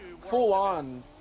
full-on